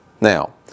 Now